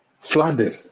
flooding